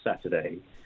Saturday